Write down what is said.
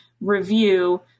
review